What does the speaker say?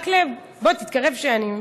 מקלב, בוא, תתקרב שנייה.